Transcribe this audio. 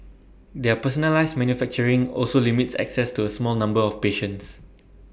their personalised manufacturing also limits access to A small numbers of patients